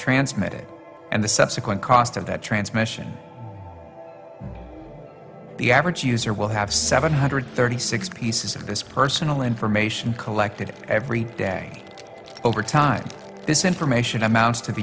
transmitted and the subsequent cost of that transmission the average user will have seven hundred thirty six pieces of this personal information collected every day over time this information amounts